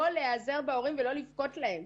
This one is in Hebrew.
לא להיעזר בהורים ולא לבכות להם.